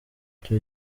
icyo